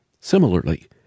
Similarly